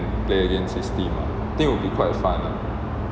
play against his team think would be quite fun lah